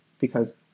because-